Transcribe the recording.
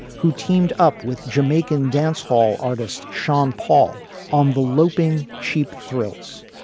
who teamed up with jamaican dancehall artist sean paul on the loping, cheap thrills.